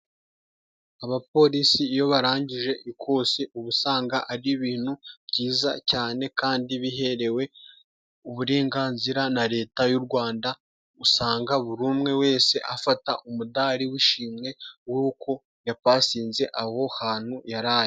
Abapolisi iyo barangije ikosi ubu usanga ari ibintu byiza cyane, kandi biherewe uburenganzira na leta y'u Rwanda, usanga buri umwe wese afata umudari w'ishimwe, w'uko yapasinze aho hantu yari ari.